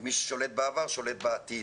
מי ששולט בעבר, שולט בעתיד".